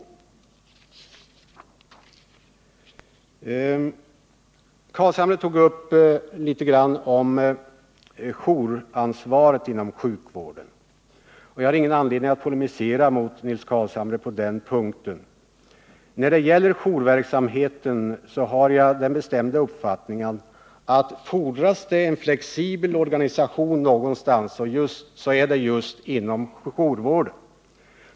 Nils Carlshamre tog upp frågan om jouransvaret inom sjukvården. Jag har ingen anledning att polemisera mot Nils Carlshamre på den punkten. Jag har den bestämda uppfattningen att om det fordras en flexibel organisation någonstans, så är det inom joursjukvården.